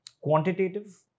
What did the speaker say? quantitative